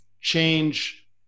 change